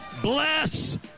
bless